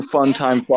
Funtime